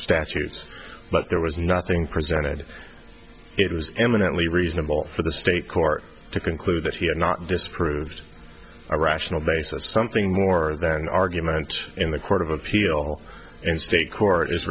statues but there was nothing presented it was eminently reasonable for the state court to conclude that he had not disproved a rational basis something more than an argument in the court of appeal in state court is